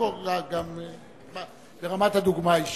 תזכור גם ברמת הדוגמה האישית.